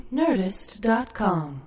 nerdist.com